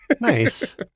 nice